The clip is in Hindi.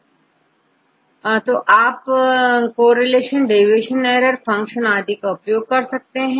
छात्र A तो आप कॉरिलेशन डेविएशनएरर फंक्शन आदि का उपयोग कर सकते हैं